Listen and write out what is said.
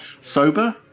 Sober